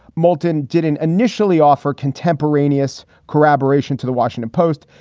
maltin didn't initially offer contemporaneous corroboration to the washington post.